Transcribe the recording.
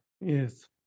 yes